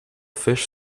fish